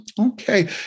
Okay